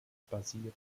basieren